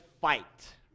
fight